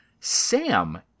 Sam